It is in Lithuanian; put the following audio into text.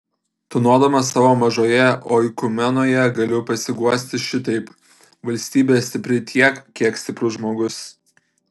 tūnodamas savo mažoje oikumenoje galiu pasiguosti šitaip valstybė stipri tiek kiek stiprus žmogus